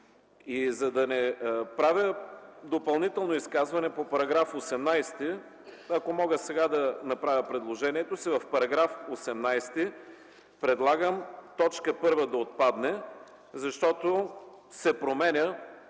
За да не правя допълнително изказване по § 18, ако мога сега да направя предложението си – в § 18 предлагам т. 1 да отпадне, защото се променя